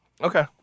Okay